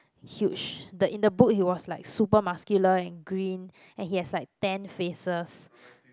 huge the in the book he was like super muscular and green and he has like ten faces